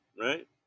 right